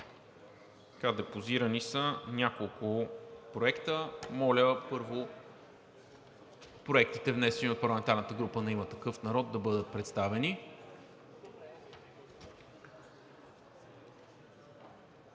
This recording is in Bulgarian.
Депозирани са няколко проекта. Моля първо проектите, внесени от парламентарната група на „Има такъв народ“, да бъдат представени.